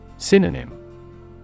Synonym